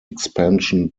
expansion